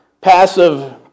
passive